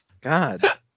God